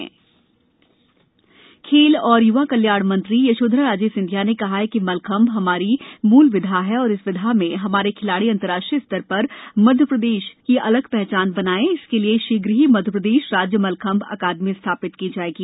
मल्लखंब स्पर्धा खेल और य्वा कल्याण मंत्री श्रीमती यशोधरा राजे सिंधिया ने कहा कि मल्लखंब हमारी मूल विधा है और इस विधा में हमारे खिलाड़ी अंतर्राष्ट्रीय स्तर पर मध्यप्रदेश की अलग पहचान बनाएँ इसके लिए शीघ्र ही मध्यप्रदेश राज्य मल्लखम्ब अकादमी स्थापित की जाएगी